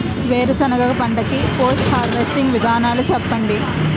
వేరుసెనగ పంట కి పోస్ట్ హార్వెస్టింగ్ విధానాలు చెప్పండీ?